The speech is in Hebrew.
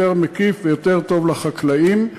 יותר מקיף ויותר טוב לחקלאים.